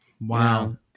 Wow